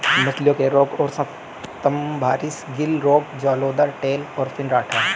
मछलियों के रोग हैं स्तम्भारिस, गिल रोग, जलोदर, टेल और फिन रॉट